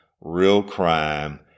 real-crime